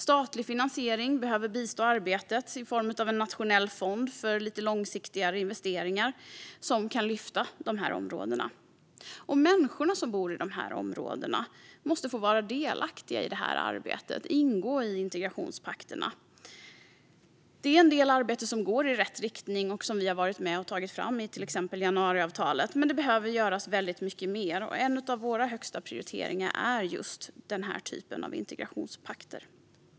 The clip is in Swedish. Statlig finansiering behöver bistå arbetet i form av en nationell fond för mer långsiktiga investeringar som kan lyfta dessa områden. De människor som bor i de utsatta områdena måste få vara delaktiga i arbetet och ingå i integrationspakterna. En del av det arbete som vi har varit med om att ta fram inom januariavtalet går i rätt riktning, men mycket mer behöver göras. En av de saker som vi prioriterar högst är just sådant som integrationspakter.